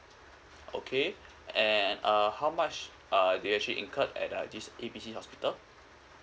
okay and uh how much uh do you actually incurred at uh this A B C hospital